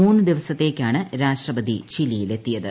മൂന്നു ദിവസത്തെക്കാണ് രാഷ്ട്രപതി ചിലിയിൽ എത്തിയത്